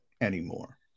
anymore